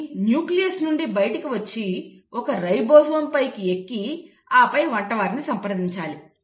అది న్యూక్లియస్ నుండి బయటకు వచ్చి ఒక రైబోజోమ్పైకి ఎక్కి ఆపై వంటవారిని సంప్రదించాలి